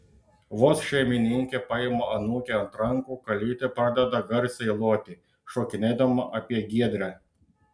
vos šeimininkė paima anūkę ant rankų kalytė pradeda garsiai loti šokinėdama apie giedrę